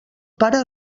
pare